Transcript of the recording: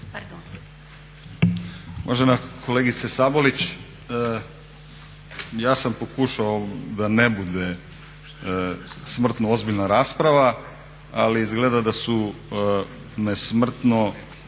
Uvažena kolegice Sabolić, ja sam pokušao da ne bude smrtno ozbiljna rasprava ali izgleda da su me smrtno